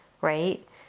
right